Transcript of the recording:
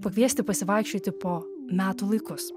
pakviesti pasivaikščioti po metų laikus